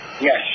yes